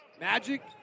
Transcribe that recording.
Magic